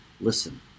listen